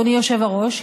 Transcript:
אדוני היושב-ראש,